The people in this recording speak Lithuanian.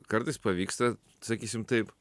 kartais pavyksta sakysim taip